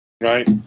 Right